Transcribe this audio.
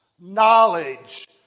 knowledge